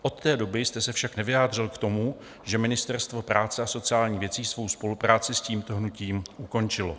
Od té doby jste se však nevyjádřil k tomu, že Ministerstvo práce a sociálních věcí svou spolupráci s tímto hnutím ukončilo.